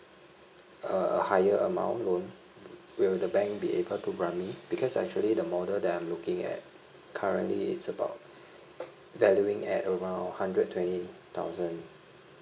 a higher amount loan will the bank be able to grant me because actually the model that I'm looking at currently is about valuing at around hundred twenty thousand